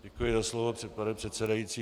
Děkuji za slovo, pane předsedající.